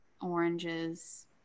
oranges